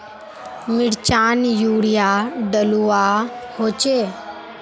मिर्चान यूरिया डलुआ होचे?